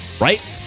right